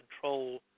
control